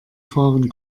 fahren